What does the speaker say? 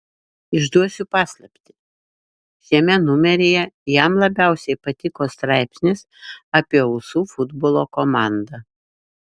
išduosiu paslaptį šiame numeryje jam labiausiai patiko straipsnis apie usų futbolo komandą